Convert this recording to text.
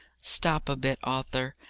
stop a bit, arthur.